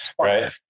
right